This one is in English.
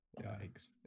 Yikes